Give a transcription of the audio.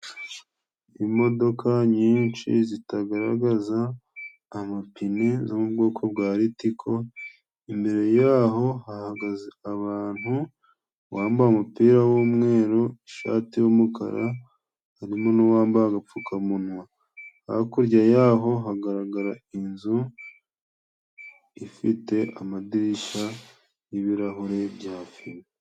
Imodoka nyinshi zitagaragaza amapine zo mu bwoko bwa litiko, imbere yaho hahagaze abantu uwambaye umupira w'umweru, ishati y'umukara harimo nuwambaye agapfukamunwa, hakurya yaho hagaragara inzu ifite amadirisha y'ibirahure bya fime.